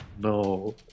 no